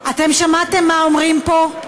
אתם שמעתם מה אומרים פה?